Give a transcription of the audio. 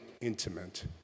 intimate